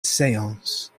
seance